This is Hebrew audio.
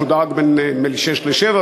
שודר רק בין 06:00 ל-07:00,